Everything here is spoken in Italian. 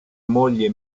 moglie